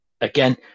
Again